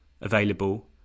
available